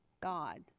God